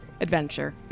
adventure